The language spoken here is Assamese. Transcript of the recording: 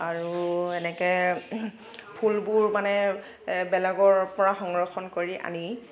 আৰু এনেকৈ ফুলবোৰ মানে বেলেগৰ পৰা সংৰক্ষণ কৰি আনি